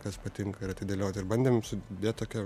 kas patinka ir atidėlioti ir bandėm sudėt tokią